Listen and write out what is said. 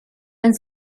and